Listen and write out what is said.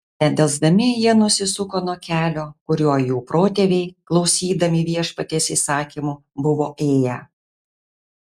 nedelsdami jie nusisuko nuo kelio kuriuo jų protėviai klausydami viešpaties įsakymų buvo ėję